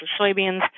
soybeans